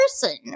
person